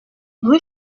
rue